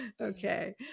Okay